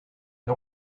une